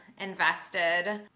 invested